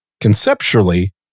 conceptually